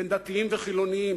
בין דתיים לחילונים,